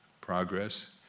Progress